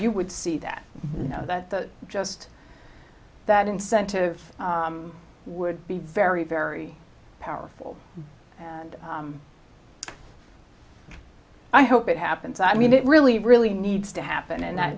you would see that you know that the just that incentive would be very very powerful and i hope it happens i mean it really really needs to happen and